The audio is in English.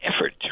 effort